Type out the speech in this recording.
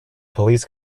police